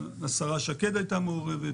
השרה שקד הייתה מעורבת,